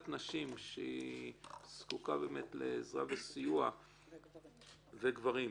נשים שזקוקה לעזרה וסיוע --- וגברים.